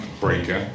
breaker